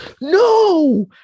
no